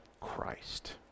Christ